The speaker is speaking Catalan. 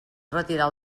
retirar